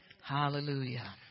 Hallelujah